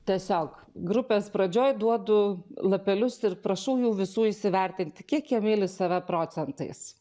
tiesiog grupės pradžioj duodu lapelius ir prašau jų visų įsivertinti kiek jie myli save procentais